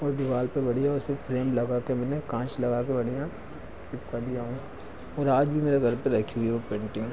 और दिवार पर बढ़िया उसे फ्रेम लगाकर मैंने काँच लगाकर मैंने बढ़िया चिपका दिया हूँ और आज भी मेरे घर पर रखी हुई है वह पेंटिंग